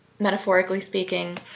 metaphorically speaking,